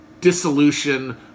dissolution